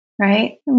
right